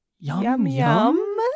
Yum-yum